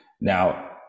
now